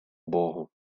богу